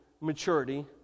maturity